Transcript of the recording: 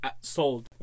sold